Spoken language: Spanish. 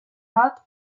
heart